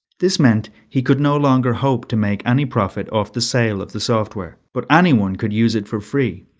this meant he could no longer hope to make any profit off the sale of the software, but anyone could use it for free.